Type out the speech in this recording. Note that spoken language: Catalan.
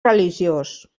religiós